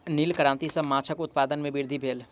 नील क्रांति सॅ माछक उत्पादन में वृद्धि भेल